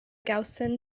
gawson